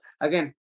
again